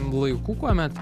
laikų kuomet